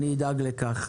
אדאג לכך.